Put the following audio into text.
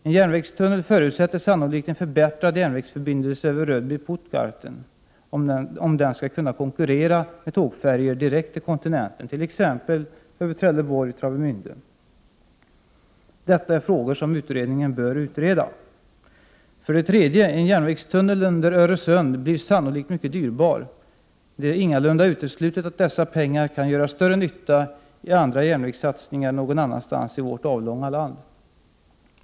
En järnvägstunnel förutsätter sannolikt en förbättrad järnvägsförbindelse över Rödby-Puttgarden, om den skall kunna konkurrera med tågfärjor direkt till kontinenten, t.ex. över Trelleborg — Travemände. Detta är frågor som utredningen bör studera. För det tredje: en järnvägstunnel under Öresund blir sannolikt mycket dyrbar. Det är ingalunda uteslutet att dessa pengar kan göra större nytta i andra järnvägssatsningar någon annanstans i vårt avlånga land.